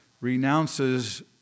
renounces